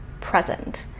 present